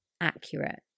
accurate